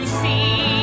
see